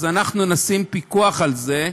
אז אנחנו נשים פיקוח על זה,